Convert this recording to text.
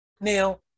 Now